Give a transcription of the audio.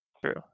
True